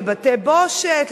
לבתי-בושת,